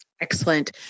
Excellent